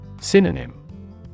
Synonym